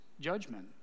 judgment